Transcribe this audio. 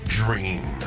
dream